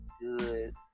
good